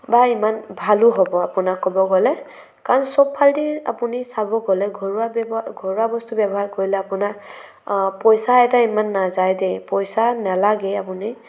বা সিমান ভালো হ'ব আপোনাৰ ক'ব গ'লে কাৰণ চ'ব ফালেদি আপুনি চাব গ'লে ঘৰুৱা ব্যৱহাৰ ঘৰুৱা বস্তু ব্যৱহাৰ কৰিলে আপোনাৰ পইচা এটা ইমান নাযায় দেই পইচা নালাগে আপুনি